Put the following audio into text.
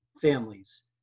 families